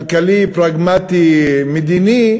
כלכלי פרגמטי מדיני,